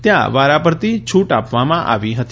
ત્યાં વારાફરતી છુ આપવામાં આવી હતી